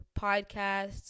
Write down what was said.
podcasts